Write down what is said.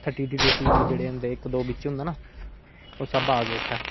टिटी इक दो जेहड़े बिच होंदे ना ओह सब आ गये उत्थै